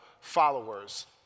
followers